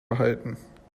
behalten